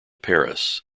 paris